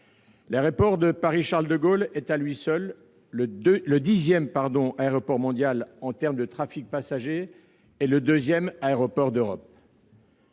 L'aéroport de Paris-Charles-de-Gaulle est à lui seul le dixième aéroport mondial en termes de trafic passagers et le deuxième aéroport d'Europe.